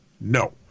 No